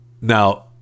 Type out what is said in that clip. Now